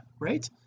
right